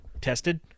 tested